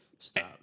Stop